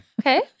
Okay